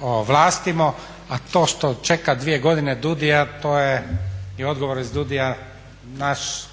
ovlastimo a to što čeka 2 godine DUDI-a to je, i odgovor iz DUDI-a naš